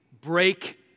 Break